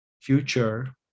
future